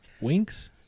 Winks